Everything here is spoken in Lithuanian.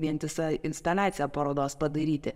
vientisą instaliaciją parodos padaryti